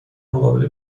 مقابل